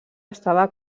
estava